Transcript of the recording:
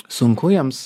sunku jiems